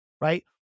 right